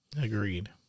Agreed